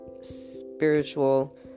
spiritual